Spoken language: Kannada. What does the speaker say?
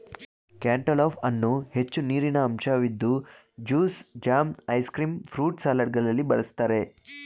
ಕ್ಯಾಂಟ್ಟಲೌಪ್ ಹಣ್ಣು ಹೆಚ್ಚು ನೀರಿನಂಶವಿದ್ದು juice, jam, ice cream, fruit ಸಲಾಡ್ಗಳಲ್ಲಿ ಬಳ್ಸತ್ತರೆ